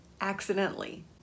accidentally